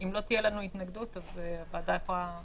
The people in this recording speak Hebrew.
שאם לא תהיה לנו התנגדות אז הוועדה מאשרת.